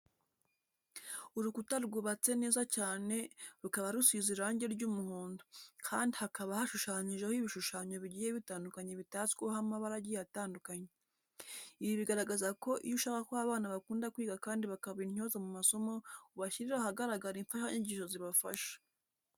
Urukuta rwubatse neza cyane, rukaba rusize irange ry'umuhondo, kandi hakaba hashushanyijeho ibishushanyo bigiye bitandukanye bitatsweho amabara agiye atandukanye. Ibi bigaragaza ko iyo ushaka ko abana bakunda kwiga kandi bakaba intyoza mu masomo ubashyirira ahagaragara imfashanyigisho zibafasha.